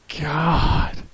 god